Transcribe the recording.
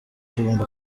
tugomba